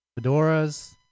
fedoras